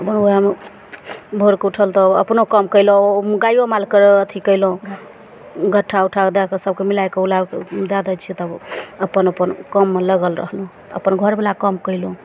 भोरबामे भोर कऽ उठल तऽ अपनो काम केलहुॅं गाइयो मालके अथी कैलहुॅं घट्ठा उट्ठा दए कए सबके मिलाइ कऽ उला कऽ दए दै छियै तब अपन अपन काममे लागल रहलहुॅं अपन घरबला काम केलहुॅं